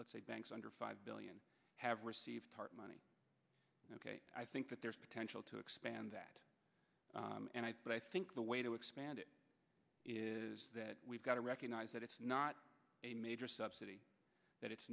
let's say banks under five billion have received tarp money ok i think that there's potential to expand that and i but i think the way to expand it is that we've got to recognize that it's not a major subsidy that it's